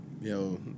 yo